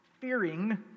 fearing